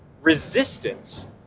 resistance